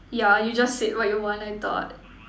yeah you just said what you want I thought